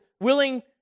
willing